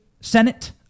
Senate